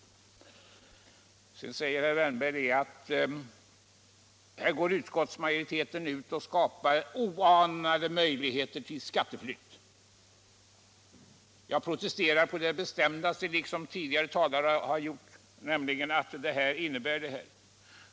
Vidare säger herr Wärnberg att utskottsmajoriteten nu skapar oanade möjligheter till skatteflykt. Jag protesterar på det bestämdaste mot detta liksom tidigare talare gjort.